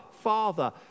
father